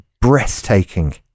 breathtaking